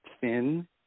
thin